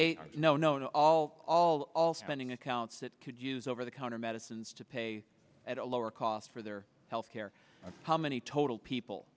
a no no to all all all spending accounts that could use over the counter medicines to pay at a lower cost for their health care how many total people